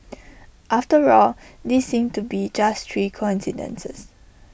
after all these seem to be just three coincidences